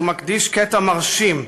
הוא מקדיש קטע מרשים,